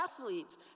athletes